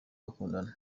bakundana